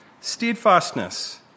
steadfastness